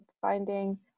finding